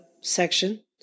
section